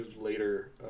later